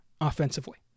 offensively